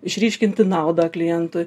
išryškinti naudą klientui